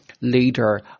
leader